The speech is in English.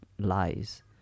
lies